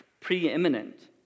preeminent